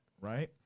right